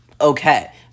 Okay